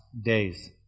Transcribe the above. days